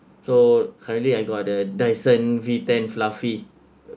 so currently I got the dyson v ten fluffy